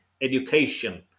education